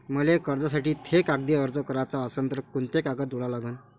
मले कर्जासाठी थे कागदी अर्ज कराचा असन तर कुंते कागद जोडा लागन?